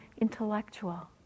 intellectual